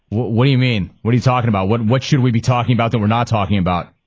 what what do you mean? what are you talking about? what what should we be talking about that we're not talking about?